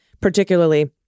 particularly